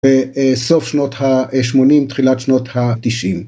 ‫בסוף שנות ה-80, ‫תחילת שנות ה-90.